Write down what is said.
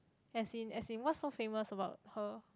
as in as in what's so famous about her